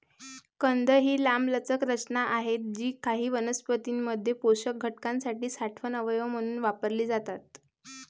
कंद ही लांबलचक रचना आहेत जी काही वनस्पतीं मध्ये पोषक घटकांसाठी साठवण अवयव म्हणून वापरली जातात